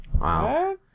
Wow